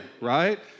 right